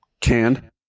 Canned